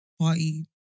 Party